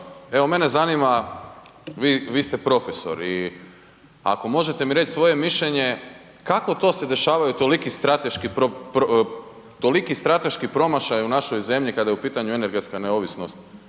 evo mene zanima, vi ste profesor i ako možete mi reći svoje mišljenje kako te se dešavaju toliki strateški promašaji u našoj zemlji kada je u pitanju energetska neovisnost